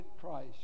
Christ